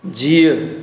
जीउ